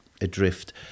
adrift